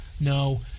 No